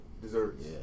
desserts